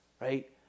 right